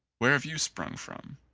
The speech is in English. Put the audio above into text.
where have you sprung from?